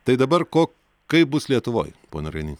tai dabar ko kaip bus lietuvoj pone rainy